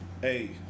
Hey